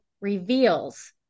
reveals